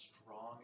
strong